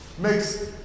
makes